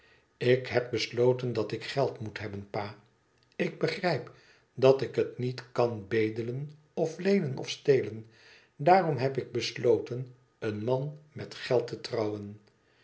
ik heb besloten dat ik geld moet hebben pa ik begrijp dat ik het niet kan bedelen of leenen of stelen daarom heb ik besloten een man met geld te trouwen